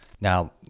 Now